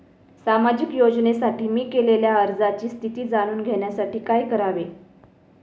सामाजिक योजनेसाठी मी केलेल्या अर्जाची स्थिती जाणून घेण्यासाठी काय करावे?